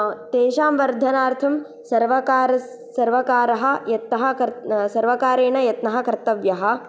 तेषां वर्धनार्थं सर्वकारस् सर्वकारः यत्नः कर् सर्वकारेण यत्नः कर्तव्यः